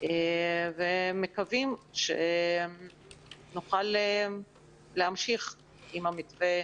ומקווים שנוכל להמשיך עם המתווה,